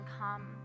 come